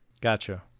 Gotcha